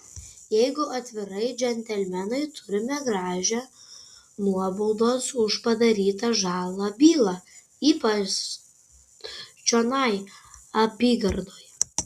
jeigu atvirai džentelmenai turime gražią nuobaudos už padarytą žalą bylą ypač čionai apygardoje